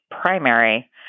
primary